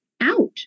out